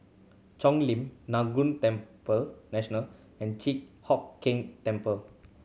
Cheng Lim Laguna temple National and Chi Hock Keng Temple